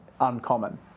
uncommon